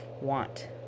want